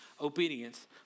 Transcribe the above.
obedience